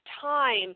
time